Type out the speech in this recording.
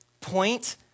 Point